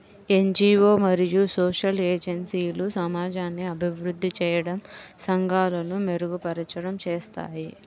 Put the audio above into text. NGO మరియు social ఏజెన్సీలు సమాజాన్ని అభివృద్ధి చేయడం, సంఘాలను మెరుగుపరచడం చేస్తాయి